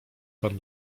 pan